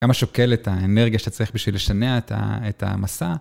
כמה שוקלת האנרגיה שאתה צריך בשביל לשנע את המשא.